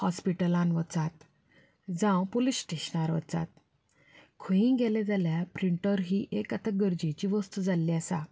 हॉस्पिटलांत वचात जावं पुलीस स्टेशनार वचात खंय गेलीं जाल्यार प्रिंटर ही एक आतां गरजेची वस्त जाल्ली आसा